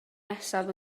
nesaf